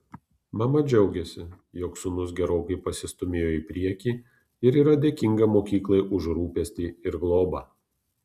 mama džiaugiasi jog sūnus gerokai pasistūmėjo į priekį ir yra dėkinga mokyklai už rūpestį ir globą